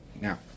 Now